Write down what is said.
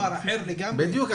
בדיוק.